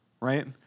right